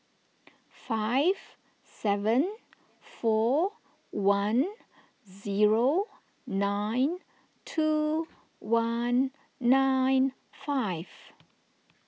five seven four one zero nine two one nine five